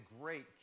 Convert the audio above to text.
great